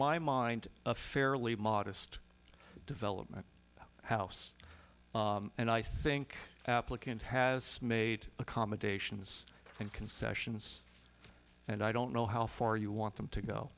my mind a fairly modest development house and i think applicant has made accommodations and concessions and i don't know how far you want them to go